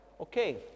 okay